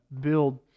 build